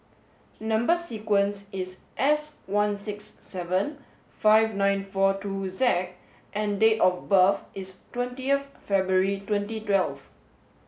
number sequence is S one six seven five nine four two Z and date of birth is twenty of February twenty twelve